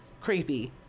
Creepy